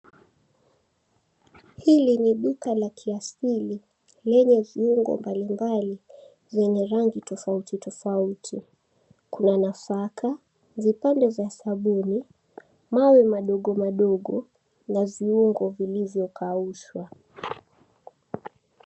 Hili ni duka la kiasili lenye viungo mbali mbali zenye rangi tofauti tofauti. Kuna nafaka, vipande vya sabuni, mawe madogo madogo na viungo vilivyo kaushwa.